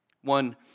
One